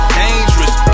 dangerous